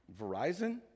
Verizon